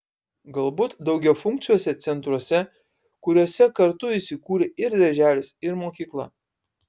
galbūt daugiafunkciuose centruose kuriuose kartu įsikūrę ir darželis ir mokykla